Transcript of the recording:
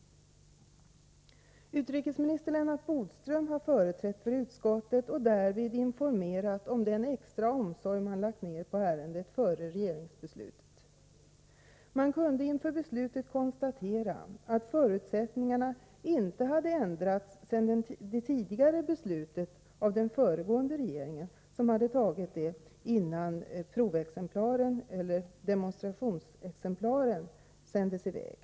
Utrikesminister Lennart Bodström har inför utskottet informerat om den extra omsorg man lagt ned på ärendet före regeringsbeslutet. Man kunde inför beslutet konstatera att förutsättningarna inte hade ändrats sedan det tidigare beslutet av den föregående regeringen, som hade fattat beslutet innan demonstrationsexemplaren sändes i väg.